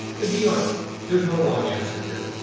and be honest. there's no wrong answer here,